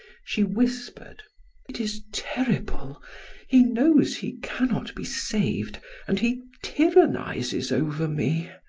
she whispered it is terrible he knows he cannot be saved and he tyrannizes over me.